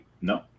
no